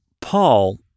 Paul